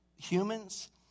humans